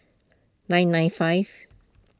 nine nine five